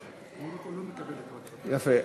יפה,